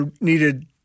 needed